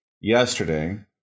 yesterday